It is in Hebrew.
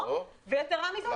ממש לא, זה הכפשות.